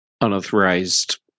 unauthorized